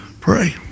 Pray